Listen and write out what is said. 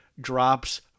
drops